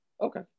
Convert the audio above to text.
okay